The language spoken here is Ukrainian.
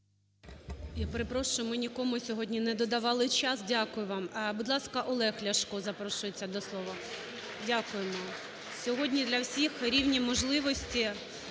Я перепрошую, ми нікому сьогодні не додавали час. Дякую вам. Будь ласка, Олег Ляшко запрошується до слова. Дякуємо. Сьогодні для всіх рівні можливості,